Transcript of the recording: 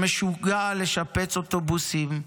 שמשוגע על לשפץ אוטובוסים,